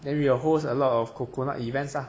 then we will host a lot of coconut events ah